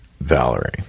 Valerie